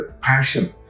passion